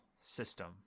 system